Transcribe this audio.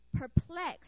perplexed